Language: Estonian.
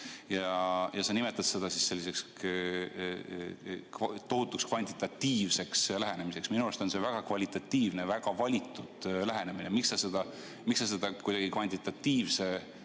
Sa nimetad seda tohutult kvantitatiivseks lähenemiseks. Minu arvates on see väga kvalitatiivne, väga valitud lähenemine. Miks sa seda kvantitatiivse